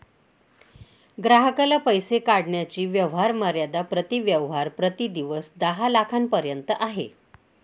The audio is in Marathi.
ग्राहकाला पैसे काढण्याची व्यवहार मर्यादा प्रति व्यवहार प्रति दिवस दहा लाखांपर्यंत आहे